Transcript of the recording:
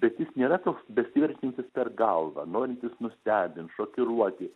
bet jis nėra toks besiverčiantis per galvą norintis nustebint šokiruoti